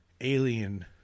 alien